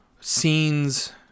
Scenes